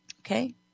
Okay